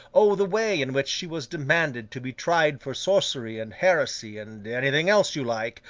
o the way in which she was demanded to be tried for sorcery and heresy, and anything else you like,